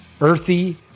earthy